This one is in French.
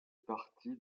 partie